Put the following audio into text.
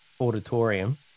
auditorium